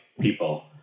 people